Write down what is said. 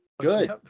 Good